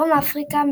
דרום אפריקה,